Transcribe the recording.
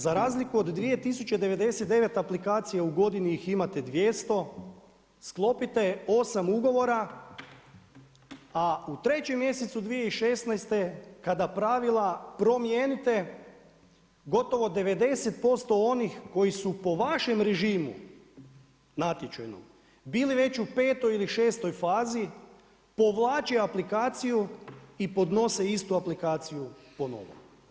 Za razliku 2099 aplikacija, u godini ih imate 200, sklopite 8 ugovora a u 3. mjesecu 2016. kada pravila promijenite, gotovo 90% onih koji su po vašem režimu natječajnom, bili već u 5. ili 6. fazi, povlače aplikaciju i podnose istu aplikaciju ponovo.